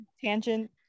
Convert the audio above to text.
Tangent